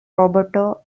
roberto